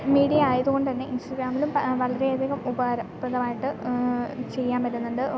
media ആയത്കൊണ്ട് തന്നെ ഇൻസ്റ്റാഗ്രാമിലും വളരെയധികം ഉപകാരപ്രദമായിട്ട് ചെയ്യാൻ പറ്റുന്നുണ്ട്